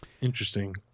interesting